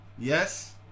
yes